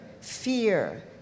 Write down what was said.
fear